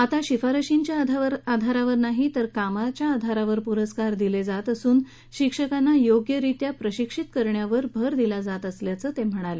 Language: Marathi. आता शिफारशींच्या आधारावर नाही तर कामाच्या आधारावर पुरस्कार दिले जात असून शिक्षकांना योग्यरित्या प्रशिक्षित करण्यावर भर दिला जात असल्याचं ते म्हणाले